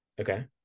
Okay